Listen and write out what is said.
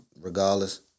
regardless